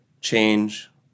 change